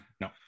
No